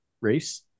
race